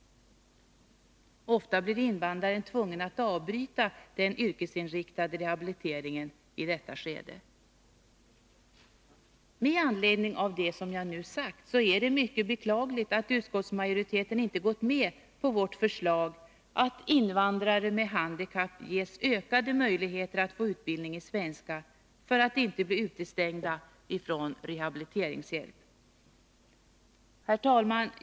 Ofta blir invandraren tvungen att avbryta den yrkesinriktade rehabiliteringen i detta skede. Mot bakgrund av det jag nu sagt finner jag det mycket beklagligt att utskottsmajoriteten inte gått med på vårt förslag, att invandrare med handikapp ges ökade möjligheter att få utbildning i svenska för att inte bli utestängda från rehabiliteringshjälp. Herr talman!